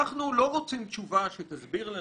אנחנו לא רוצים תשובה שתסביר לנו: